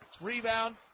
Rebound